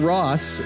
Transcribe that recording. Ross